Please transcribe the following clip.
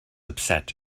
upset